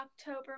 October